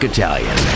Italian